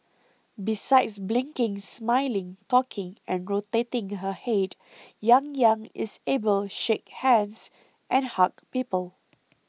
besides blinking smiling talking and rotating her head Yang Yang is able shake hands and hug people